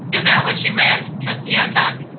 is that what you meant trustee ah ntuk?